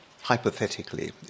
hypothetically